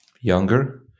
younger